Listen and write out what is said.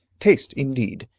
taste, indeed!